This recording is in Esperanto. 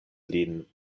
lin